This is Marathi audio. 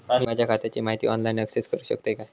मी माझ्या खात्याची माहिती ऑनलाईन अक्सेस करूक शकतय काय?